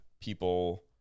people